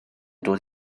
dod